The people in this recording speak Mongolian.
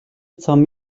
зам